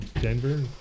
Denver